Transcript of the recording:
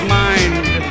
mind